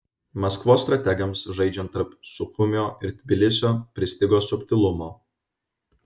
maskvos strategams žaidžiant tarp suchumio ir tbilisio pristigo subtilumo